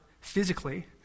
physically